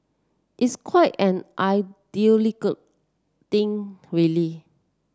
it's quite an ideological thing really